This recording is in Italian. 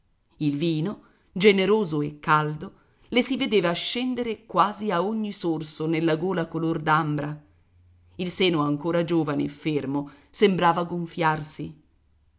il vino generoso e caldo le si vedeva scendere quasi a ogni sorso nella gola color d'ambra il seno ancora giovane e fermo sembrava gonfiarsi